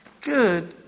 good